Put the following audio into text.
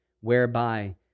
whereby